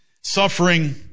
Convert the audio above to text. suffering